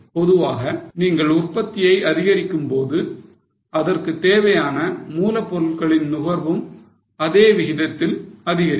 பொதுவாக நீங்கள் உற்பத்தியை அதிகரிக்கும்போது அதற்கு தேவையான மூலப்பொருட்களின் நுகர்வும் அதே விகிதத்தில் அதிகரிக்கும்